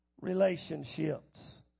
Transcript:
relationships